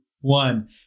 one